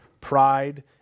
pride